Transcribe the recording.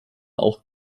auch